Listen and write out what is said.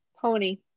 Pony